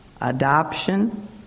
adoption